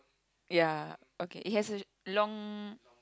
ya okay it has a long